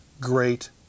great